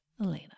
Elena